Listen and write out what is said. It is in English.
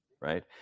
right